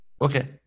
okay